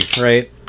right